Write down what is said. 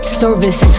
service